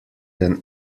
than